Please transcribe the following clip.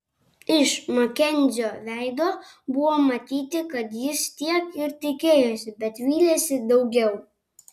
iš makenzio veido buvo matyti kad jis tiek ir tikėjosi bet vylėsi daugiau